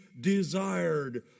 desired